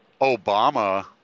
Obama